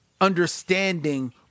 understanding